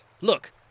Look